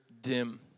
dim